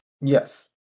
Yes